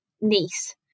niece